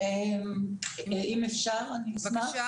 אני עו"ד